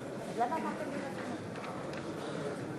אנחנו נמתין